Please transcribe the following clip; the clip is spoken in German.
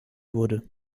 wurde